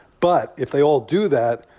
but if they all do that,